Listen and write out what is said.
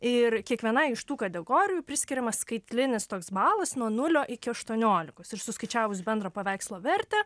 ir kiekvienai iš tų kategorijų priskiriamas skaitlinis toks balas nuo nulio iki aštuoniolikos ir suskaičiavus bendro paveikslo vertę